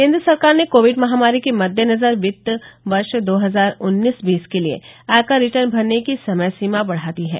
केन्द्र सरकार ने कोविड महामारी के मद्देनजर वित्त वर्ष दो हजार उन्नीस बीस के लिए आयकर रिटर्न भरने की समय सीमा बढा दी है